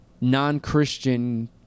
non-Christian